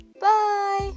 bye